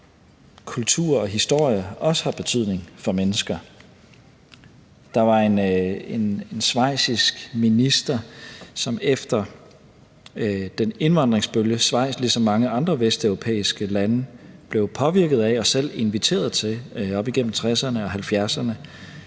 kultur og historie også har betydning for mennesker. Der var en schweizisk minister, som – efter den indvandringsbølge, Schweiz ligesom mange andre vesteuropæiske lande blev påvirket af og selv inviterede til op igennem 1960'erne og 1970'erne